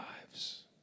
lives